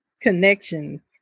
Connection